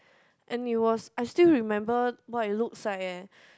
and it was I still remember what it looks like eh